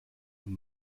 und